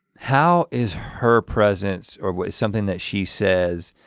how is her presence or something that she says.